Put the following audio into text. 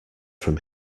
from